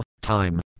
Time